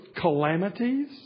calamities